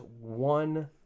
one